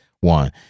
one